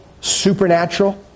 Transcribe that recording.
supernatural